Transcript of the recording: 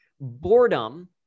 boredom